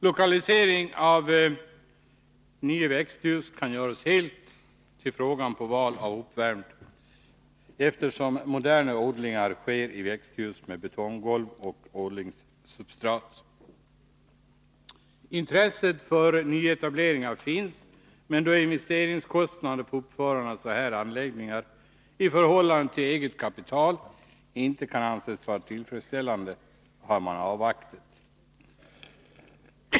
Lokaliseringen av nya växthus kan göras helt med hänsyn till valet av uppvärmning, eftersom moderna odlingar sker i växthus med betonggolv och odlingssubstrat. Intresset för nyetablering finns, men då investeringskostnaderna för uppförande av sådana anläggningar i förhållande till eget kapital inte kan anses vara tillfredsställande, har man avvaktat.